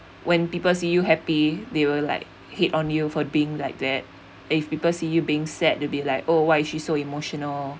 when people see you happy they will like hate on you for being like that if people see you being sad will be like oh why she so emotional